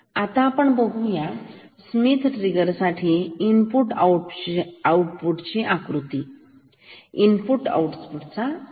आता आपण बघूया स्मिथ ट्रिगर साठी इनपुट आऊटपुट ची आकृती इनपुट आऊटपुट चा आलेख